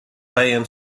band